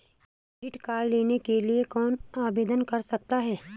Credit card लेने के लिए कौन आवेदन कर सकता है?